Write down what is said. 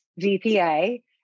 VPA